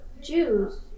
jews